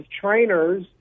trainers